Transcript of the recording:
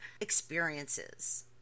experiences